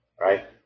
right